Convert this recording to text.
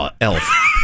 Elf